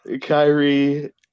Kyrie